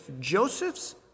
Joseph's